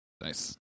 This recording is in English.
Nice